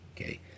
okay